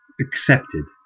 Accepted